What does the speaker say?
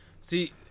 See